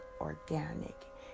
organic